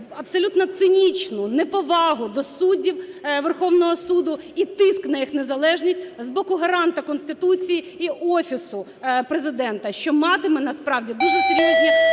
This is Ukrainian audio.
абсолютно цинічну неповагу до суддів Верховного Суду і тиск на їх незалежність з боку гаранта Конституції і Офісу Президента, що матиме насправді дуже серйозні